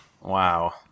Wow